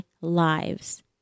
lives